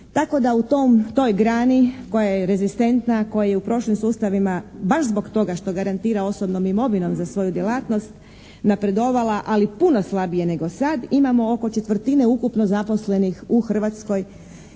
Tako da u tom, toj grani koja je rezistentna, koja je u prošlim sustavima baš zbog toga što garantira osobnom imovinom za svoju djelatnost napredovala ali puno slabije nego sad imamo oko 1/4 ukupno zaposlenih u Hrvatskoj